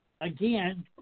again